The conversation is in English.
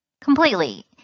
Completely